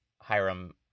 Hiram